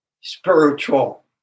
spiritual